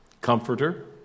comforter